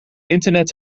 internet